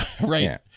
Right